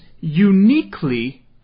uniquely